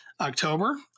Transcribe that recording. October